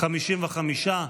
55,